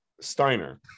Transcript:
Steiner